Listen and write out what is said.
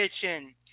kitchen